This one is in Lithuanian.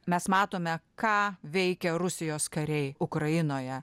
mes matome ką veikia rusijos kariai ukrainoje